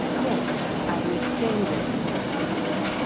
yes, i'm a stranger in your england,